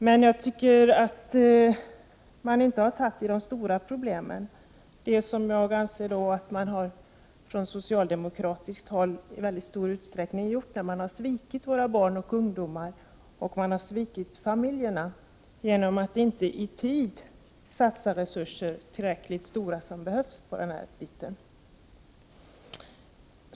Men jag tycker att man inte har tagit tag ide stora problemen. Jag anser att man från socialdemokratiskt håll i stor utsträckning har svikit våra barn och ungdomar och familjerna, genom att inte i tid satsa tillräckligt stora resurser.